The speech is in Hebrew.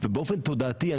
באופן תודעתי,